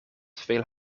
veel